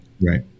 Right